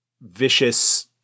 vicious